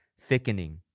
thickening